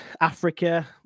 Africa